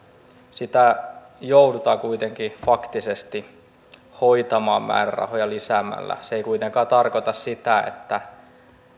sitä joudutaan kuitenkin faktisesti hoitamaan määrärahoja lisäämällä se ei kuitenkaan tarkoita sitä että